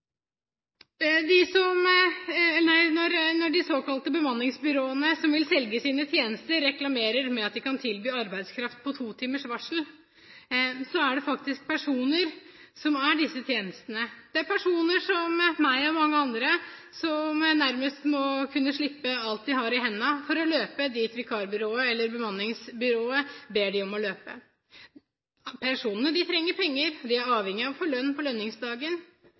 Når de såkalte bemanningsbyråene, som vil selge sine tjenester, reklamerer med at de kan tilby arbeidskraft på to timers varsel, er det faktisk personer som «er» disse tjenestene. Det er personer som meg og mange andre, som nærmest må kunne slippe alt de har i hendene, og løpe dit vikarbyrået eller bemanningsbyrået ber dem om å løpe. Personene trenger penger, og de er avhengig av å få lønn på lønningsdagen.